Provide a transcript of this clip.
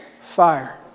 fire